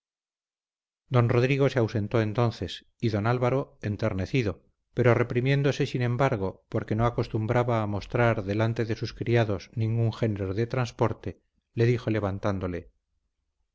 don rodrigo se ausentó entonces y don álvaro enternecido pero reprimiéndose sin embargo porque no acostumbraba a mostrar delante de sus criados ningún género de transporte le dijo levantándole